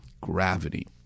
gravity